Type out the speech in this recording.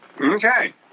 Okay